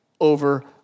over